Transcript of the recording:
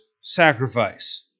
sacrifice